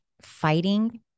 fighting